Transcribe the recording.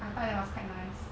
I thought that was quite nice